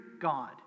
God